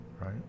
right